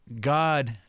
god